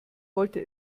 wollte